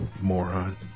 Moron